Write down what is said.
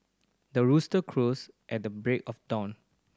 the rooster crows at the break of dawn